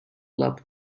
club